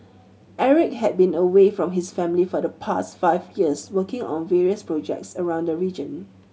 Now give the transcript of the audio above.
Eric had been away from his family for the past five years working on various projects around the region